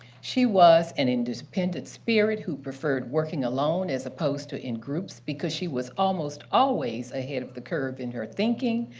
she was an independent spirit who preferred working alone as opposed to in groups because she was almost always ahead of the curve in her thinking.